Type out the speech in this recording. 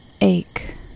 ache